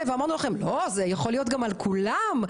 נושאת באחריות העיקרית לשמירה על הסדר